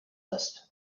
list